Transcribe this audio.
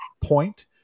point